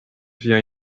via